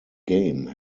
game